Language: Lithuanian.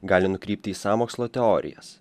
gali nukrypti į sąmokslo teorijas